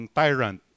tyrant